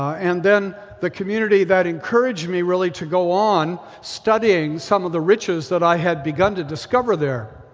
and then the community that encouraged me really to go on studying some of the riches that i had begun to discover there.